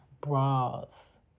bras